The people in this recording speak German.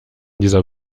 dieser